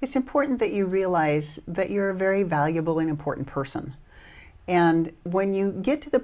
it's important that you realize that you're very valuable an important person and when you get to the